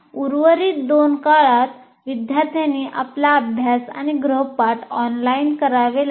उर्वरित दोन काळात विद्यार्थ्यांनी आपला अभ्यास आणि गृहपाठ ऑनलाईन करावे लागेल